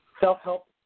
self-help